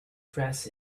dress